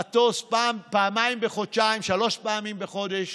מטוס, פעם, פעמיים בחודשיים, שלוש פעמים בחודש